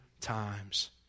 times